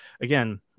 again